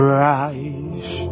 rise